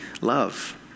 love